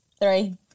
Three